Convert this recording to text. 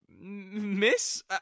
miss